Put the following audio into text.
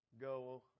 go